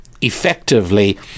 effectively